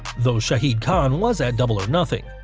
though shahid khan was at double or nothing,